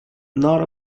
not